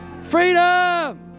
Freedom